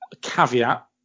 caveat